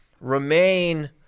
remain